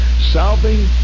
Solving